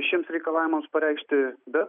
šiems reikalavimams pareikšti bet